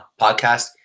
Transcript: podcast